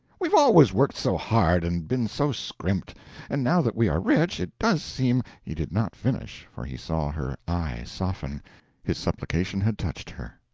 we've always worked so hard and been so scrimped and now that we are rich, it does seem he did not finish, for he saw her eye soften his supplication had touched her.